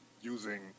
using